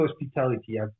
hospitality